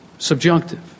Subjunctive